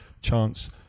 chance